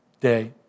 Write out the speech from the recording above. Day